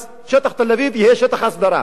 ואז שטח תל-אביב יהיה שטח הסדרה.